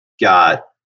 got